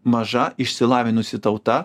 maža išsilavinusi tauta